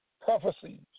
prophecies